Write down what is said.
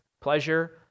pleasure